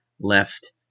left